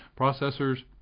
processors